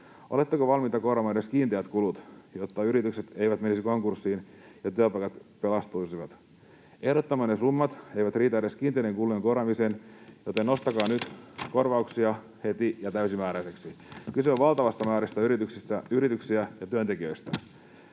Oletteko valmiita korvaamaan edes kiinteät kulut, jotta yritykset eivät menisi konkurssiin ja työpaikat pelastuisivat? Ehdottamanne summat eivät riitä edes kiinteiden kulujen korvaamiseen, joten nostakaa nyt korvauksia heti ja täysimääräisiksi. Kyse on valtavasta määrästä yrityksiä ja työntekijöitä.